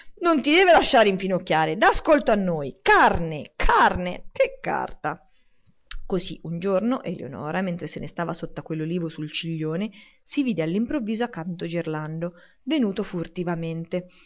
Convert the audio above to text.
non ti lasciare infinocchiare da ascolto a noi carne carne che carta così un giorno eleonora mentre se ne stava sotto a quell'olivo sul ciglione si vide all'improvviso accanto gerlando venuto furtivamente